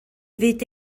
fyd